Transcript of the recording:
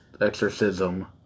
exorcism